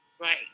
Right